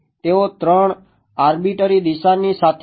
તેઓ ૩ આર્બીટરી દિશા શું છે